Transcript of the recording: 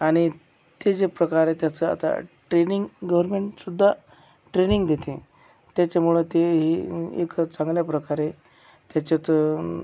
आणि ते जे प्रकार आहे त्याचा आता ट्रेनिंग गवर्मेंटसुद्धा ट्रेनिंग देते त्याच्यामुळं ते ही एक चांगल्या प्रकारे त्याच्यात